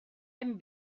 hem